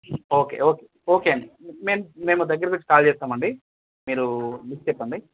okay okay okay అండి మే మేము దగ్గరకి వచ్చి కాల్ చేస్తామండి మీరు లిస్ట్ చెప్పండి